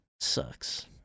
Sucks